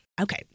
Okay